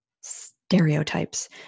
stereotypes